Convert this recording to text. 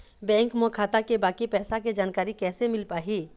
Bank म खाता के बाकी पैसा के जानकारी कैसे मिल पाही?